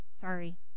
Sorry